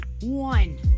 One